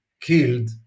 killed